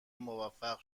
موفق